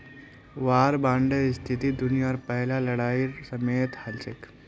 वार बांडेर स्थिति दुनियार पहला लड़ाईर समयेत हल छेक